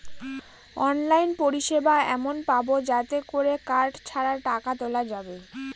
online পরিষেবা এমন পাবো যাতে করে কার্ড ছাড়া টাকা তোলা যাবে